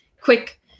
quick